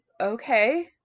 okay